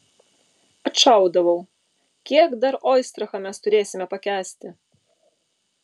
atšaudavau kiek dar oistrachą mes turėsime pakęsti